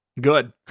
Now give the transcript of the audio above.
good